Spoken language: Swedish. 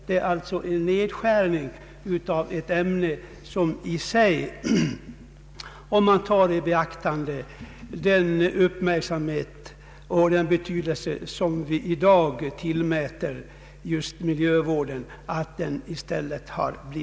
Det rör sig alltså om en nedskärning av ett ämne som i dag tillmäts stor uppmärksamhet och betydelse, nämligen miljövården.